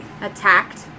attacked